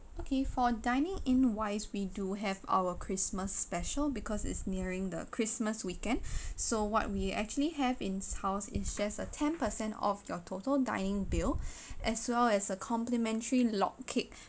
okay for dining in wise we do have our christmas special because it's nearing the christmas weekend so what we actually have in house is just a ten percent off your total dining bill as well as a complimentary log cake